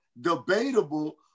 debatable